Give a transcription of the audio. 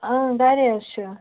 آ گَری حظ چھِ